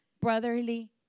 brotherly